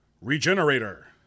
Regenerator